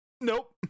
Nope